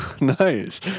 nice